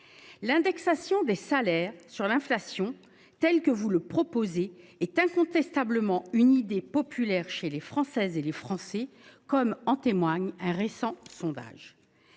L’indexation des salaires sur l’inflation qui est proposée est incontestablement une idée populaire chez les Françaises et les Français, comme en témoigne un récent sondage.